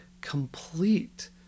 complete